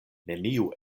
neniu